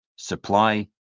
supply